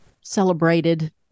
celebrated